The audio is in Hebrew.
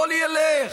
הכול ילך.